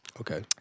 Okay